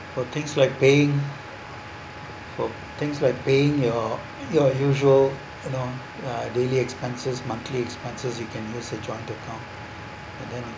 for things like being for things like being your your usual you know uh daily expenses monthly expenses you can use the joint account but then